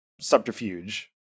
subterfuge